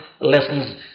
lessons